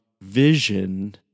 vision